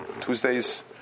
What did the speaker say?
Tuesdays